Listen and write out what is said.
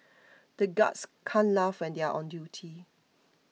the guards can't laugh when they are on duty